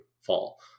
fall